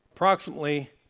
Approximately